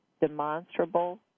demonstrable